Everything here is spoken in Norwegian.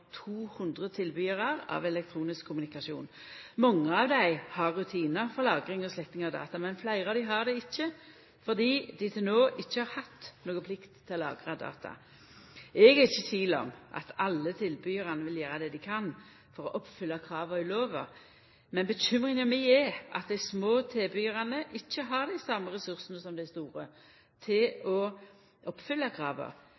200 tilbydarar av elektronisk kommunikasjon. Mange av dei har rutinar for lagring og sletting av data, men fleire av dei har det ikkje, fordi dei til no ikkje har hatt noka plikt til å lagra data. Eg er ikkje i tvil om at alle tilbydarane vil gjera det dei kan for å oppfylla krava i lova, men bekymringa mi er at dei små tilbydarane ikkje har dei same ressursane som dei store